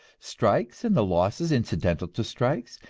strikes and the losses incidental to strikes,